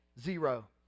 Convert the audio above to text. zero